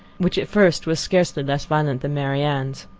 which at first was scarcely less violent than marianne's.